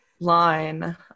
line